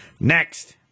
Next